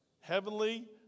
Heavenly